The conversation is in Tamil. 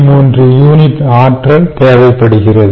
3 யூனிட் ஆற்றல் தேவைப்படுகிறது